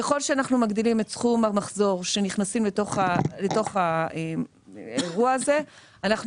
ככל שאנחנו מגדילים את סכום המחזור שנכנס לתוך אירוע הזה אנחנו